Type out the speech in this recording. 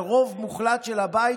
ברוב מוחלט של הבית,